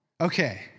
Okay